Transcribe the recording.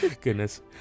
Goodness